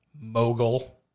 mogul